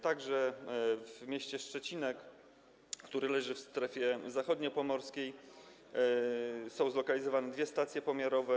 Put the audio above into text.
Także w mieście Szczecinku, które leży w strefie zachodniopomorskiej, są zlokalizowane dwie stacje pomiarowe.